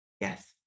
Yes